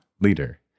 leader